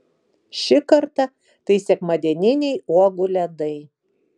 šį kartą tai sekmadieniniai uogų ledai